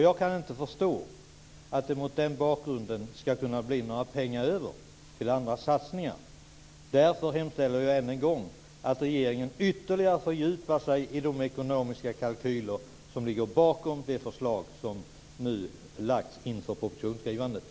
Jag kan inte förstå att det mot den bakgrunden ska kunna bli några pengar över till andra satsningar. Därför hemställer jag än en gång att regeringen inför propositionsskrivandet ytterligare fördjupar sig i de ekonomiska kalkyler som ligger bakom det förslag som nu lagts fram.